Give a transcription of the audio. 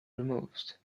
removed